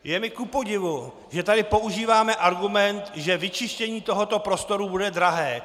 Je mi kupodivu, že tady používáme argument, že vyčištění tohoto prostoru bude drahé.